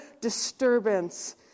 disturbance